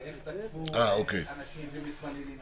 ואיך תקפו אנשים ומתפללים.